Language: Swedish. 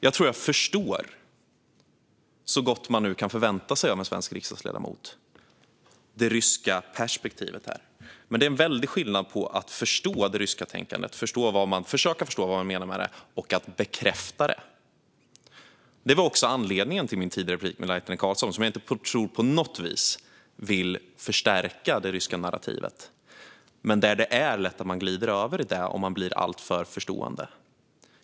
Jag tror att jag, så gott som det nu kan förväntas av en svensk riksdagsledamot, förstår det ryska perspektivet här. Men det är en väldig skillnad mellan att förstå det ryska tänkandet - att försöka förstå vad som menas med det - och att bekräfta det. Detta var också anledningen till min tidigare replik på anförandet från Diana Laitinen Carlsson, som jag inte tror på något vis vill förstärka det ryska narrativet. Det är dock lätt att man glider över i det om man blir alltför förstående.